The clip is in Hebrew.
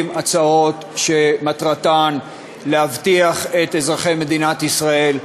הצעות שמטרתן להבטיח את אזרחי מדינת ישראל.